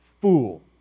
Fool